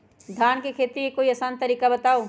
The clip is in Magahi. धान के खेती के कोई आसान तरिका बताउ?